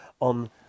on